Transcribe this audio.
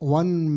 one